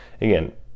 again